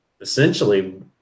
essentially